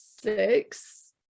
six